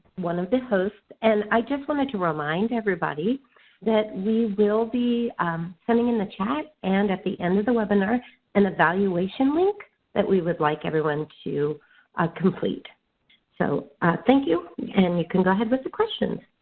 one of the hosts, and i just wanted to remind everybody that we will be sending in the chat and at the end of the webinar an evaluation link that we would like everyone to complete so thank you and you can go ahead with the question.